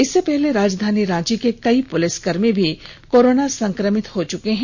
इससे पहले राजधानी रांची के कई पुलिसकर्मी भी कोरोना संक्रमित हो चुके हैं